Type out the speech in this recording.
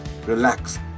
relax